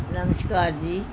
ਨਮਸਕਾਰ ਜੀ